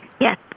Yes